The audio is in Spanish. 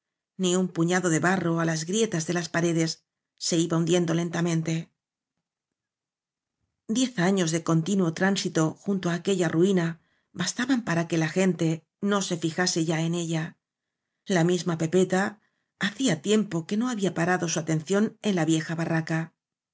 ni un puñado de barro á las grietas de las paredes se iba hundiendo lentamente diez años de continuo tránsito junto á aquella ruina bastaban para que la gente nose fijase ya en ella la misma pepeta hacía tiempo que no había parado su atención en la vieja barraca